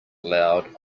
loud